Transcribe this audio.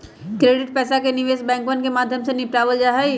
credit पैसा के निवेश बैंकवन के माध्यम से निपटावल जाहई